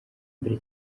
mbere